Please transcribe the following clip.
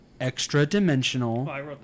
extra-dimensional